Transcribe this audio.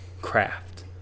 craft